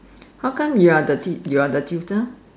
how come you are the you are the tutor